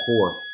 four